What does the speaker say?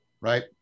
right